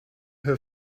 her